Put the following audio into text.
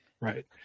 Right